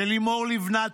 של לימור לבנת,